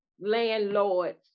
landlords